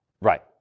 Right